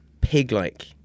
pig-like